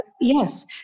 Yes